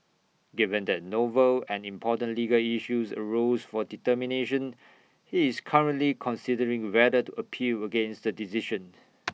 given that novel and important legal issues arose for determination he is currently considering whether to appeal against decision